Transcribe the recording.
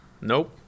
nope